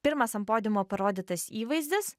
pirmas ant podiumo parodytas įvaizdis